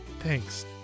Thanks